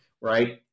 right